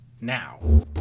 now